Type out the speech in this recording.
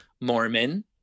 Mormon